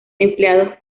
empleados